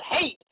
hate